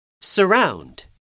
Surround